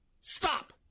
Stop